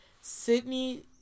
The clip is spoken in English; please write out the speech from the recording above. Sydney